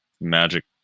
magic